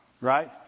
Right